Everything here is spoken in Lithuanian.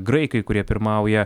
graikai kurie pirmauja